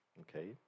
okay